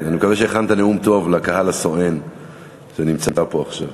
אני מקווה שהכנת נאום טוב לקהל הסואן שנמצא פה עכשיו.